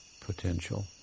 potential